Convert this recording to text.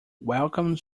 welcome